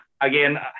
again